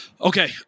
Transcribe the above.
Okay